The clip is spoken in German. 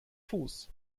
fuß